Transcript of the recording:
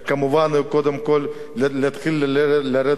קודם כול להתחיל לרדת על קדימה.